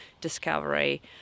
discovery